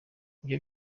ibyo